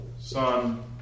Son